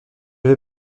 vais